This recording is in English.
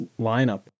lineup